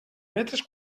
metres